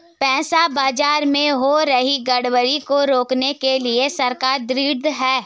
पैसा बाजार में हो रही गड़बड़ी को रोकने के लिए सरकार ढृढ़ है